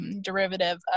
derivative